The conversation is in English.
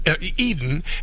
Eden